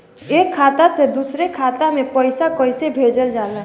एक खाता से दुसरे खाता मे पैसा कैसे भेजल जाला?